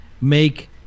make